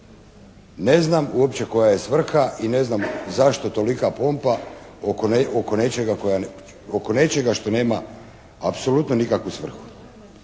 Ne znam uopće koja je svrha i ne znam zašto tolika pompa oko nečega što nema apsolutno nikakvu svrhu.